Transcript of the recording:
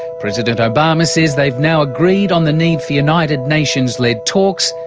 president obama says they've now agreed on the need for united nations led talks,